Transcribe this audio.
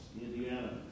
Indiana